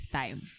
time